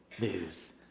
news